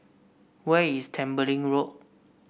where is Tembeling Road